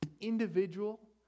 individual